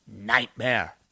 nightmare